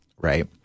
right